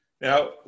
Now